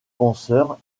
penseur